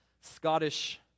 Scottish